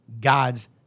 God's